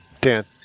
Dan